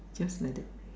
just like that